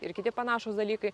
ir kiti panašūs dalykai